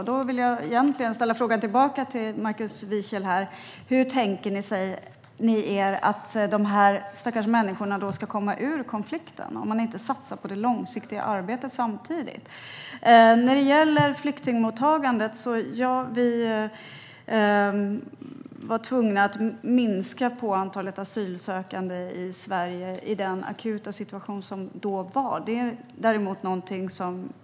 Därför vill jag återgälda med en fråga till Markus Wiechel: Hur tänker ni er att dessa stackars människor ska komma ur konflikten om ni inte satsar på det långsiktiga arbetet samtidigt? Vad gäller flyktingmottagandet var vi tvungna att minska antalet asylsökande som kom till Sverige i den akuta situation som då rådde.